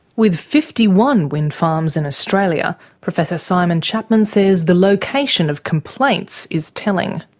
with fifty one wind farms in australia, professor simon chapman says the location of complaints is telling.